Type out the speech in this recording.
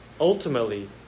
ultimately